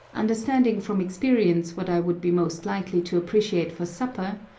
understanding from experience what i would be most likely to appreciate for supper,